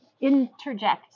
interject